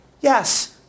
Yes